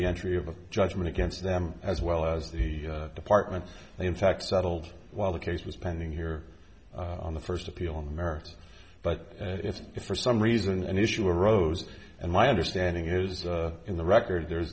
the entry of a judgment against them as well as the department they in fact settled while the case was pending here on the first appeal in america but if if for some reason an issue arose and my understanding is in the record there